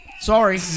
Sorry